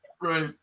Right